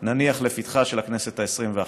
נניח לפתחה של הכנסת העשרים ואחת.